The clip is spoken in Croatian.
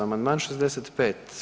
Amandman 65.